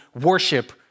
worship